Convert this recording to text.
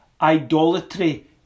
idolatry